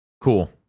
Cool